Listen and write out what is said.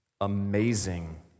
amazing